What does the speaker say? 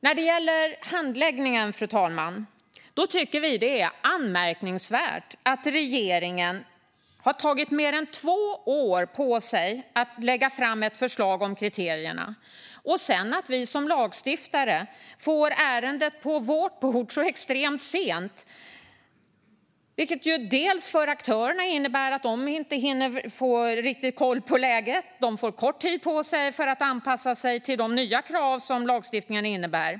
När det gäller handläggningen tycker vi att det är anmärkningsvärt att regeringen har tagit mer än två år på sig att lägga fram ett förslag om kriterierna och att vi som lagstiftare får ärendet på vårt bord extremt sent. Det innebär att aktörerna inte riktigt hinner få koll på läget. De får kort tid på sig att anpassa sig till de nya krav som lagstiftningen innebär.